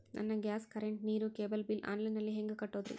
ನನ್ನ gas, current, ನೇರು, cable bill online ನಲ್ಲಿ ಹೆಂಗ್ ಕಟ್ಟೋದ್ರಿ?